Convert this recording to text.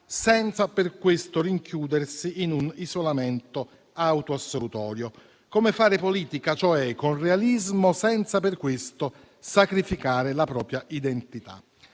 senza per questo rinchiudersi in un isolamento autoassolutorio? Come fare politica, cioè, con realismo, senza per questo sacrificare la propria identità?